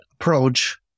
approach